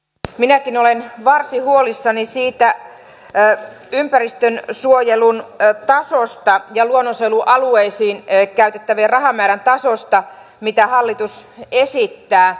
minäkin olen varsin huolissani siitä ympäristönsuojelun tasosta ja luonnonsuojelualueisiin käyttävien rahamäärien tasoista mitä hallitus esittää